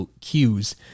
cues